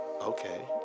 Okay